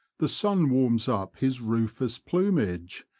the sun warms up his rufus plumage,